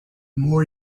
more